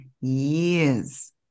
years